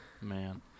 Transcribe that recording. Man